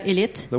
Elite